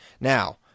Now